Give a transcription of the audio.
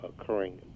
occurring